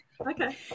Okay